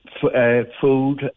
food